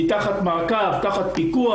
היא תחת מעקב, תחת פיקוח.